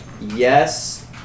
yes